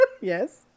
Yes